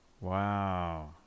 Wow